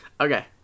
Okay